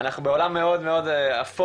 אנחנו בעולם מאוד אפור,